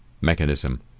mechanism